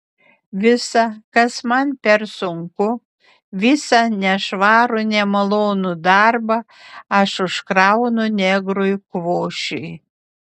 visa kas man per sunku visą nešvarų nemalonų darbą aš užkraunu negrui kvošiui